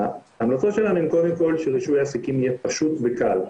ההמלצות שלנו הן קודם כל שרישוי העסקים יהיה פשוט וקל.